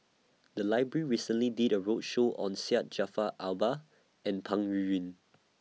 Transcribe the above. The Library recently did A roadshow on Syed Jaafar Albar and Peng Yuyun